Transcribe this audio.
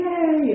Yay